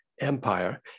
empire